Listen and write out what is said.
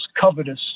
covetous